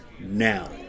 now